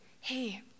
hey